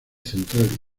central